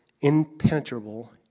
impenetrable